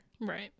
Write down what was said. Right